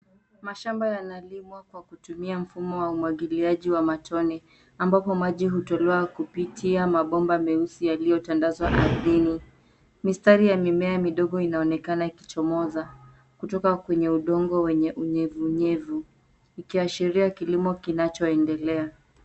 Mashamba yanalimwa kwa kutumia mfumo wa umwangiliaji wa matone, ambapo maji hutolewa kupitia mabomba meusi yaliyotandazwa ardhini. Mistari ya mimea midogo inaonekana ikichomoza, kutoka kwenye udongo wenye unyevunyevu, ikiashiria kilimo kinachoendelea.